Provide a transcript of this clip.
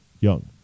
young